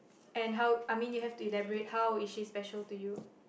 and how I mean you have to elaborate how is she special to you